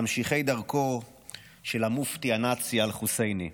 ממשיכי דרכו של המופתי הנאצי אל חוסייני.